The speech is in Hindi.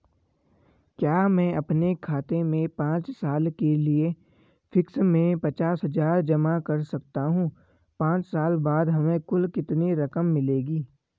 क्या मैं अपने खाते में पांच साल के लिए फिक्स में पचास हज़ार जमा कर सकता हूँ पांच साल बाद हमें कुल कितनी रकम मिलेगी?